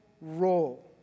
role